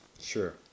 Sure